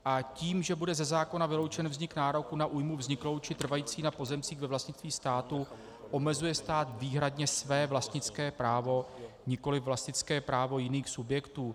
A tím, že bude ze zákona vyloučen vznik nároku na újmu vzniklou či trvající na pozemcích ve vlastnictví státu, omezuje stát výhradně své vlastnické právo, nikoliv vlastnické právo jiných subjektů.